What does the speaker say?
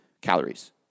calories